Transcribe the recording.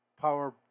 power